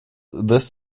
this